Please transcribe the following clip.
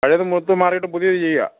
പഴയത് മൊത്തം മാറിയിട്ട് പുതിയത് ചെയ്യുക